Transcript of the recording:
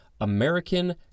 American